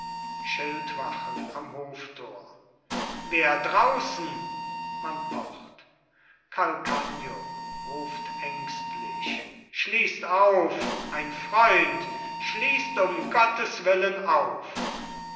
schildwachen am hoftor wer draußen man pocht calcagno ruft ängstlich schließt auf ein freund schließt um gottes willen auf